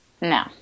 no